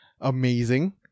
amazing